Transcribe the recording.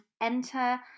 enter